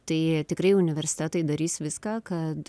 tai tikrai universitetai darys viską kad